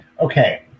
Okay